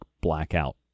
blackout